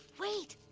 wait!